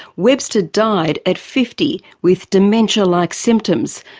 webster died at fifty with dementia-like symptoms,